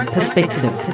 Perspective